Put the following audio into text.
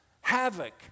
Havoc